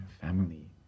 family